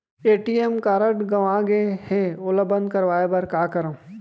ATM card गंवा गे है ओला बंद कराये बर का करंव?